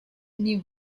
knew